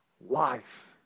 life